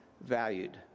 valued